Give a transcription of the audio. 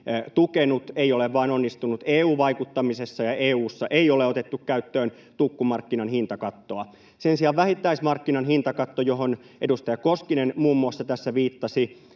tukenut, ei ole vain onnistunut EU-vaikuttamisessa, ja EU:ssa ei ole otettu käyttöön tukkumarkkinan hintakattoa. Sen sijaan vähittäismarkkinan hintakatto, johon edustaja Koskinen muun muassa tässä viittasi,